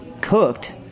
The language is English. cooked